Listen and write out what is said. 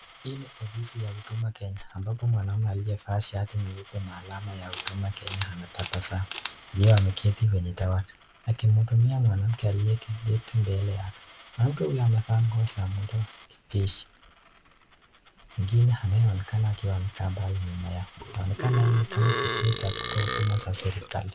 Hii ni ofisi ya huduma Kenya ambapo mwanaume aliyefaa shati nyeupe Na alama ya huduma Kenya ametabasamu akiwa ameketi kwenye dawati akimhudumia mwanamke aliyeketi mbele yake, mwanamke huyu amevaa nguo za muhundo wa kijeshi mwingine anayeonekana akiwa amekaa mbali nyuma yao, inaoneka hii ni kama kituo cha kutoa huduma za serikali.